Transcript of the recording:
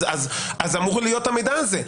אז אמור להיות המידע הזה.